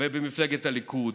ובמפלגת הליכוד